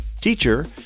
teacher